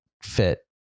fit